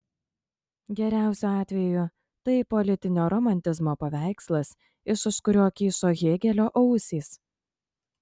geriausiu atveju tai politinio romantizmo paveikslas iš už kurio kyšo hėgelio ausys